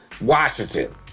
Washington